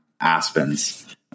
Aspens